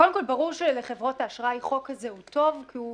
קודם כול ברור שלחברות האשראי החוק הזה טוב כי הוא